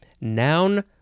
Noun